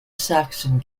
saxon